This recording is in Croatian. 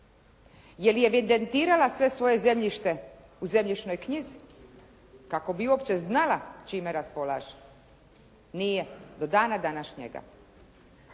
Jel' je evidentirala sve svoje zemljište u zemljišnoj knjizi kako bi uopće znala čime raspolaže? Nije do dana današnjega.